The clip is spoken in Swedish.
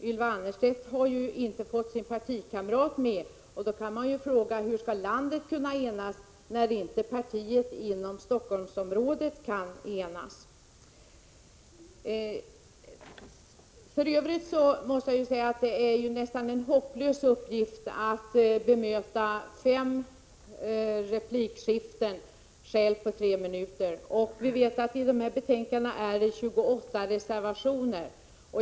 Ylva Annerstedt har inte fått med sin partikamrat på detta, och då kan man undra hur landet skall kunna enas när inte ens folkpartiet inom Stockholmsområdet kan enas. Det är nästan en hopplös uppgift att ensam bemöta fem repliker på tre minuter. Vi vet dessutom att dessa betänkanden innehåller 28 reservationer.